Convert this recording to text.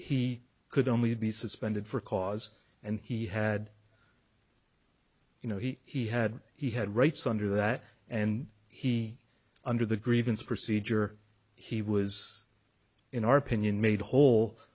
he could only be suspended for cause and he had you know he had he had rights under that and he under the grievance procedure he was in our opinion made whole